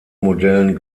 modellen